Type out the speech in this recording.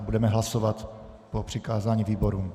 Budeme hlasovat po přikázání výborům.